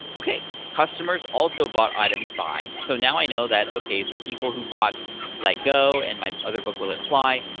okay, customers also bought items by. so now i know that, okay, the people who bought let go and my other book will it fly?